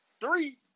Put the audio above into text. three